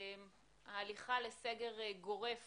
ההליכה לסגר גורף